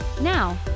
Now